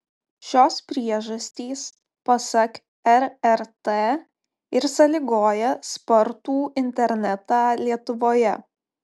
šios priežastys pasak rrt ir sąlygoja spartų internetą lietuvoje